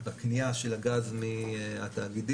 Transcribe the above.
בקנייה של הגז מהתאגידים.